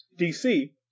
DC